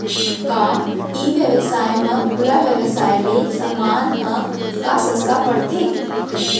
का ई व्यवसाय म खुला व्यवसाय ले समान ह का सस्ता पढ़थे?